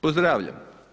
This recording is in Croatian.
Pozdravljam.